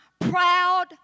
proud